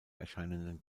erscheinenden